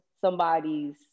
somebody's